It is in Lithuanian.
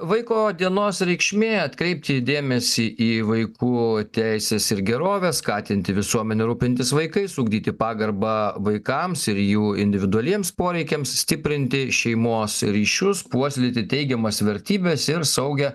vaiko dienos reikšmė atkreipti dėmesį į vaikų teises ir gerovę skatinti visuomenę rūpintis vaikais ugdyti pagarbą vaikams ir jų individualiems poreikiams stiprinti šeimos ryšius puoselėti teigiamas vertybes ir saugią